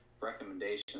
recommendations